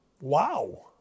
Wow